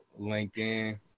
linkedin